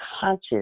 conscious